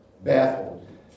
baffled